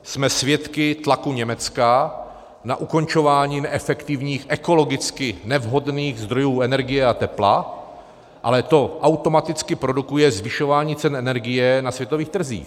Jsme svědky tlaku Německa na ukončování neefektivních, ekologicky nevhodných zdrojů energie a tepla, ale to automaticky produkuje zvyšování cen energie na světových trzích.